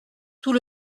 tout